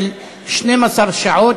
של 12 שעות,